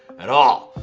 at all.